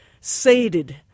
Sated